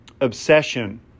obsession